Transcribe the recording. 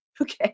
okay